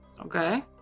Okay